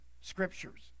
scriptures